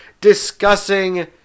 discussing